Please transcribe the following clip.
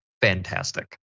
fantastic